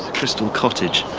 crystal cottage!